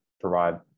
provide